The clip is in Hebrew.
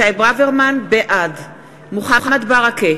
בעד מוחמד ברכה,